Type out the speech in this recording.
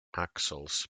axles